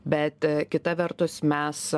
bet kita vertus mes